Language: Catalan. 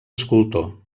escultor